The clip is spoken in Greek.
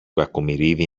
κακομοιρίδη